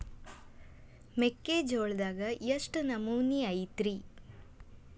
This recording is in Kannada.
ಮೆಕ್ಕಿಜೋಳದಾಗ ಎಷ್ಟು ನಮೂನಿ ಐತ್ರೇ?